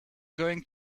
going